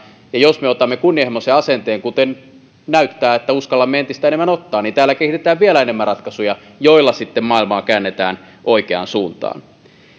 ja jos me otamme kunnianhimoisen asenteen kuten näyttää että uskallamme entistä enemmän ottaa niin täällä kehitetään vielä enemmän ratkaisuja joilla sitten maailmaa käännetään oikeaan suuntaan